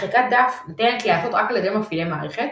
מחיקת דף ניתנת להיעשות רק על ידי מפעילי מערכת,